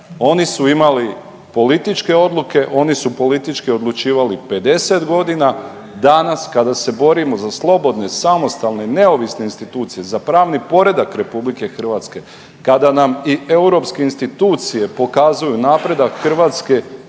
Oni su imali političke odluke, oni su politički odlučivali 50 godina. Danas kada se borimo za slobodne, samostalne i neovisne institucije, za pravni poredak RH, kada nam i europske institucije pokazuju napredak Hrvatske